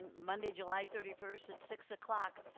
monday, july thirty first at six o'clock.